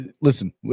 listen